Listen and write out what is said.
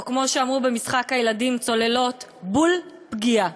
או כמו שאמרו במשחק הילדים "צוללות": בול פגיעה.